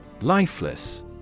Lifeless